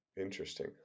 Interesting